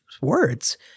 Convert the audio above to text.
words